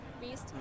Beast